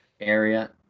area